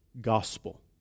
gospel